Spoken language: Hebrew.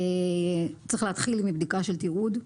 צריך להתחיל מבדיקה של תיעוד,